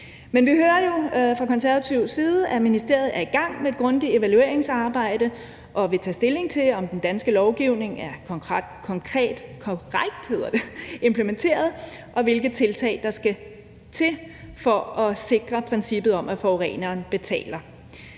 Men vi hører jo fra konservativ side, at ministeriet er i gang med et grundigt evalueringsarbejde og vil tage stilling til, om den danske lovgivning er korrekt implementeret, og hvilke tiltag der skal til for at sikre princippet om, at forureneren betaler.